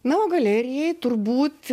na o galerijai turbūt